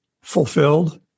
fulfilled